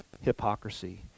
hypocrisy